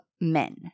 men